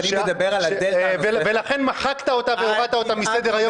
ואני מדבר על --- ולכן מחקת אותה והורדת אותה מסדר היום,